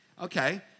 okay